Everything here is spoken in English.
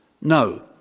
No